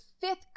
fifth